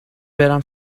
برم